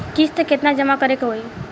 किस्त केतना जमा करे के होई?